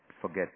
forget